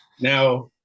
now